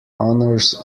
honours